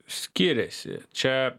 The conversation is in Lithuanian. skiriasi čia